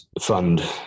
fund